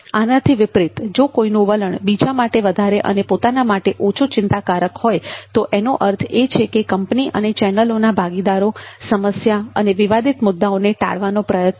આનાથી વિપરીત જો કોઈનું વલણ બીજા માટે વધારે અને પોતાના માટે ઓછું ચિંતાકારક હોય તો એનો અર્થ એ છે કે કંપની અને ચેનલોના ભાગીદારો સમસ્યા અને વિવાદિત મુદ્દાઓને ટાળવાનો પ્રયત્ન